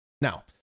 Now